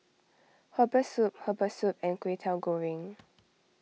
Herbal Soup Herbal Soup and Kwetiau Goreng